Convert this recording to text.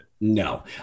No